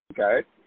Okay